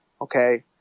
okay